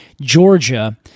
Georgia